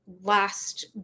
last